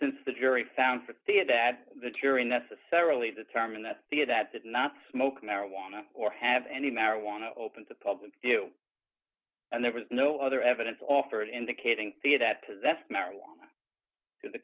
since the jury found fifty of that the jury necessarily the term and that the that did not smoke marijuana or have any marijuana open to public view and there was no other evidence offered indicating that that's marijuana t